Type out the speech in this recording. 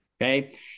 Okay